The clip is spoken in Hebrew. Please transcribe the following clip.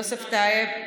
יוסף טייב,